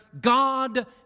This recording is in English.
God